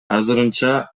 азырынча